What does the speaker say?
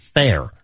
fair